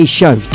show